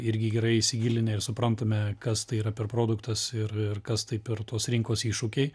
irgi gerai įsigilinę ir suprantame kas tai yra per produktas ir ir kas tai per tos rinkos iššūkiai